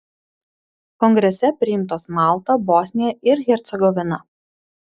kongrese priimtos malta bosnija ir hercegovina